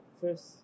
first